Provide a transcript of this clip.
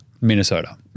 Minnesota